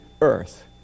Earth